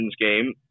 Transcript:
game